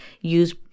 use